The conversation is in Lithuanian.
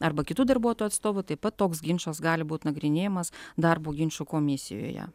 arba kitų darbuotojų atstovų taip pat toks ginčas gali būt nagrinėjamas darbo ginčų komisijoje